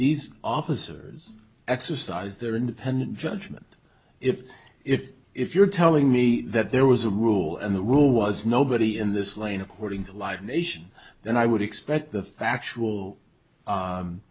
these officers exercise their independent judgment if if if you're telling me that there was a rule and the rule was nobody in this lane according to live nation then i would expect the factual